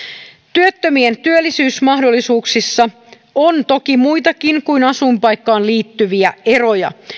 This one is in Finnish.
työttömien työllisyysmahdollisuuksissa on toki muitakin kuin asuinpaikkaan liittyviä eroja